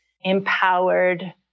empowered